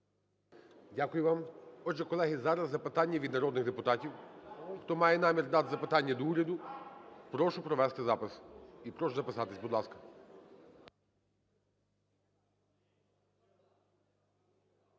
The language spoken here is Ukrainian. Дякую вам. Отже, колеги, зараз запитання від народних депутатів. Хто має намір задати запитання до уряду, прошу провести запис і прошу записатися, будь ласка.